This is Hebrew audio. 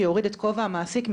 שיוריד את כובע המעסיק,